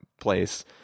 place